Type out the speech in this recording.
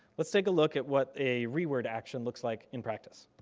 let's take a look at what a reword action looks like in practice.